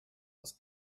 was